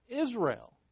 Israel